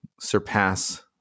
surpass